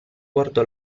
guardò